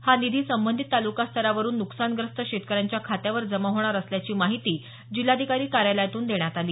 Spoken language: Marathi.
हा निधी संबधीत तालुकास्तरावरुन नुकसानग्रस्त शेतकर्यांच्या खात्यावर जमा होणार असल्याची माहिती जिल्हाधिकारी कार्यालयातून देण्यात आली